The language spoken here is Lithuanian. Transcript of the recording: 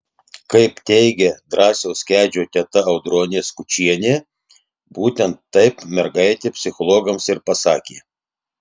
kaip teigia drąsiaus kedžio teta audronė skučienė būtent taip mergaitė psichologams ir pasakė